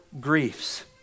griefs